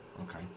okay